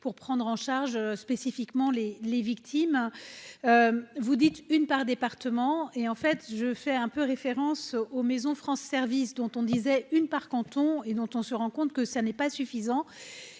pour prendre en charge spécifiquement les les victimes vous dites une par département et en fait je fais un peu référence aux Maisons France service dont on disait une par canton et dont on se rend compte que ça n'est pas suffisant